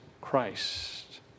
Christ